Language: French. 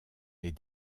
est